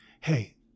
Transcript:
hey